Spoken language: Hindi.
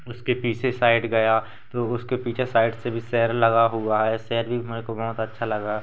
उसके पीछे साइड गया तो उसके पीछे साइड से भी शहर लगा हुआ है शहर भी मेरे को बहुत अच्छा लगा